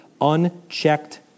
Unchecked